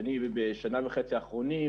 ובוודאי בוודאי לתנאים של העובדים,